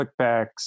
clickbacks